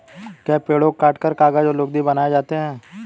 क्या पेड़ों को काटकर कागज व लुगदी बनाए जाते हैं?